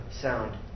sound